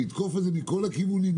לתקוף את זה מכל הכיוונים,